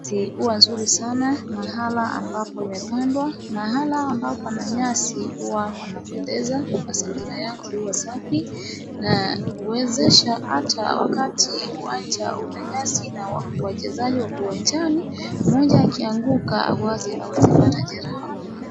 Nyasi huwa nzuri sana mahala ambapo imepandwa. Mahala ambapo pana nyasi huwa panapendeza, mazingira yake huwa safi na huwezesha hata wakati uwanja una nyasi na wachezaji wako uwanjani, mmoja akianguka hawezi pata jeraha.